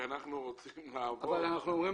שאנחנו רוצים לעבוד --- אבל אנחנו אומרים